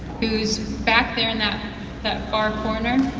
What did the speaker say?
whose back there in that that far corner.